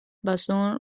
bassoon